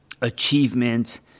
achievement